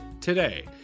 today